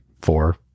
four